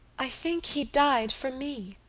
i think he died for me,